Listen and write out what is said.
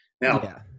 Now